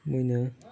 ꯃꯣꯏꯅ